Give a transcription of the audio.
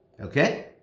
Okay